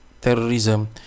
terrorism